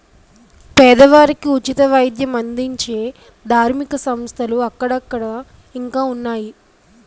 పేదవారికి ఉచిత వైద్యం అందించే ధార్మిక సంస్థలు అక్కడక్కడ ఇంకా ఉన్నాయి